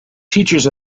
teachers